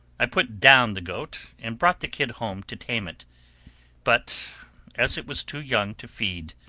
i put down the goat, and brought the kid home to tame it but as it was too young to feed,